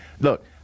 look